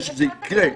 את זה אפשר לתקן.